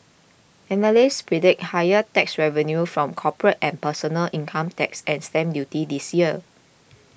analysts predict higher tax revenue from corporate and personal income tax and stamp duty this year